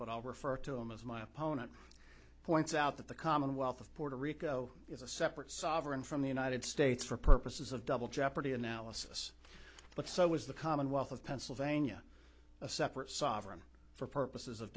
but i'll refer to him as my opponent points out that the commonwealth of puerto rico is a separate sovereign from the united states for purposes of double jeopardy analysis but so is the commonwealth of pennsylvania a separate sovereign for purposes of